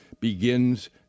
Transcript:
begins